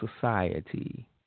society